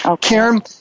Karen